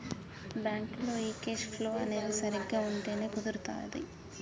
బ్యాంకులో ఈ cash flow అనేది సరిగ్గా ఉంటేనే కుదురుతాది